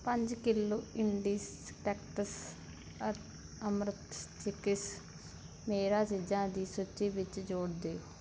ਪੰਜ ਕਿੱਲੋ ਇੰਡੀ ਸਟੈਕਟਸ ਅ ਅਮਰਥ ਚਿੱਕੀਸ ਮੇਰਾ ਚੀਜ਼ਾਂ ਦੀ ਸੂਚੀ ਵਿੱਚ ਜੋੜ ਦਿਓ